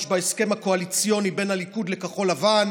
בהסכם הקואליציוני בין הליכוד לכחול לבן,